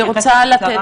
אני רוצה לתת